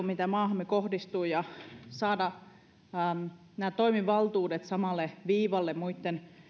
mitä maahamme kohdistuu ja saada nämä nämä toimivaltuudet samalle viivalle muitten